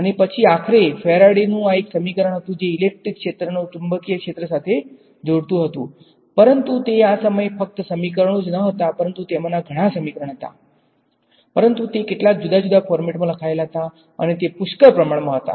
અને પછી આખરે ફેરાડેનુ આ એક સમીકરણ હતું જે ઇલેક્ટ્રિક ક્ષેત્રને ચુંબકીય ક્ષેત્ર સાથે જોડતું હતું પરંતુ તે આ સમયે ફક્ત આ સમીકરણો ન હતા પરંતુ તેમાના ઘણા સમીકરણ હતા પરંતુ તે કેટલાક જુદા જુદા ફોર્મેટમાં લખાયેલા હતા અને તે પુષ્કળ પ્રમાણમાં હતા